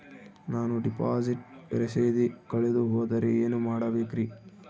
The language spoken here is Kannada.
ನಾನು ಡಿಪಾಸಿಟ್ ರಸೇದಿ ಕಳೆದುಹೋದರೆ ಏನು ಮಾಡಬೇಕ್ರಿ?